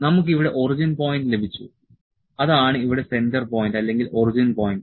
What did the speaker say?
നമുക്ക് ഇവിടെ origin point ലഭിച്ചു അതാണ് ഇവിടെ സെന്റർ പോയിന്റ് അല്ലെങ്കിൽ ഒറിജിൻ പോയിന്റ്